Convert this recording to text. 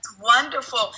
wonderful